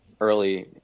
early